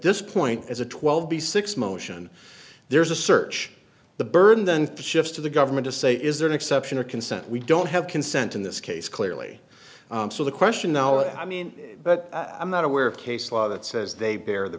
this point as a twelve b six motion there's a search the burden then shifts to the government to say is there an exception or consent we don't have consent in this case clearly so the question now i mean but i'm not aware of case law that says they bear the